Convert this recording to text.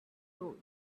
road